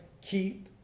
keep